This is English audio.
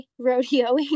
rodeoing